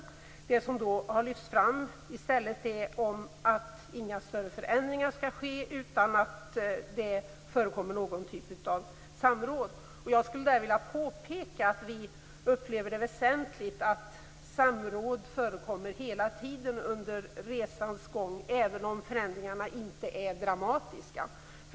I stället har det lyfts fram att inga större förändringar skall ske utan att det förekommer någon typ av samråd. Jag skulle vilja påpeka att vi upplever det som väsentligt att samråd förekommer hela tiden under resans gång även om förändringarna inte är dramatiska.